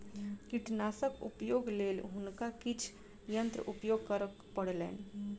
कीटनाशकक उपयोगक लेल हुनका किछ यंत्र उपयोग करअ पड़लैन